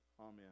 Amen